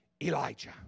Elijah